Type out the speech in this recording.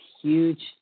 huge